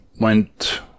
went